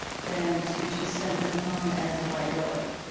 than to just send them home as a liability.